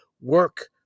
work